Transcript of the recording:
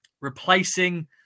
replacing